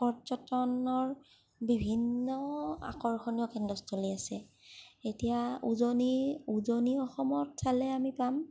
পৰ্যটনৰ বিভিন্ন আকৰ্ষণীয় কেন্দ্ৰস্থলী আছে এতিয়া উজনি উজনি অসমত চালে আমি কাম